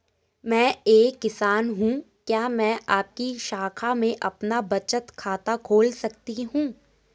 मैं एक किसान हूँ क्या मैं आपकी शाखा में अपना बचत खाता खोल सकती हूँ?